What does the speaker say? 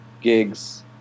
gigs